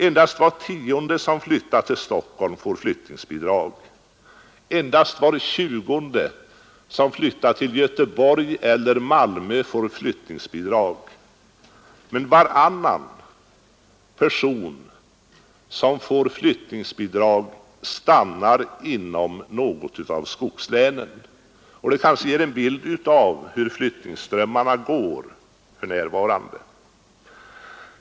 Endast var tionde person som flyttar till Stockholm och endast var tjugonde som flyttar till Göteborg eller Malmö får flyttningsbidrag, medan varannan person som får flyttningsbidrag stannar inom något av skogslänen. Dessa uppgifter kanske ger en bild av hur flyttningsströmmarna går för närvarande.